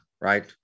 right